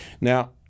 Now